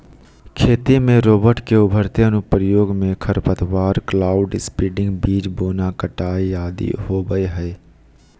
खेती में रोबोट के उभरते अनुप्रयोग मे खरपतवार, क्लाउड सीडिंग, बीज बोना, कटाई आदि होवई हई